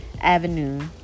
Avenue